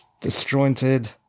disjointed